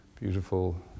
beautiful